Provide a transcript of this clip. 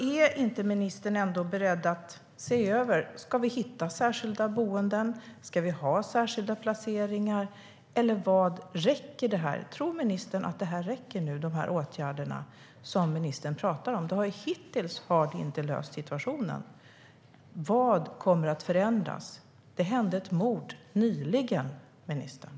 Är ministern ändå inte beredd att se över detta? Ska vi hitta särskilda boenden? Ska vi ha särskilda placeringar? Eller tror ministern att de åtgärder som ministern pratar om räcker? De har hittills inte löst situationen. Vad kommer att förändras? Det skedde nyligen ett mord, ministern!